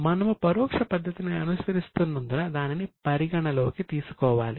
మనము పరోక్ష పద్ధతిని అనుసరిస్తున్నందున దానిని పరిగణనలోకి తీసుకోవాలి